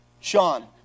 Sean